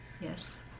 yes